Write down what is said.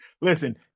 listen